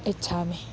इच्छामि